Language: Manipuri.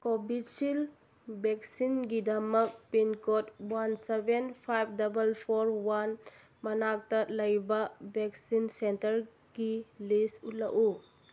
ꯀꯣꯕꯤꯁꯤꯜ ꯕꯦꯛꯁꯤꯟꯒꯤꯗꯃꯛ PIN code one seven five double four one ꯃꯅꯥꯛꯇ ꯂꯩꯕ ꯕꯦꯛꯁꯤꯟ ꯁꯦꯟꯇꯔꯒꯤ ꯂꯤꯁ ꯎꯠꯂꯛꯎ